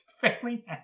Family